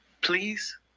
Please